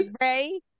Ray